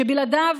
שבלעדיו,